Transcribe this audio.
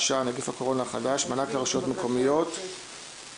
אנחנו פותחים את הישיבה.